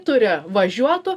turi važiuotų